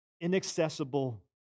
inaccessible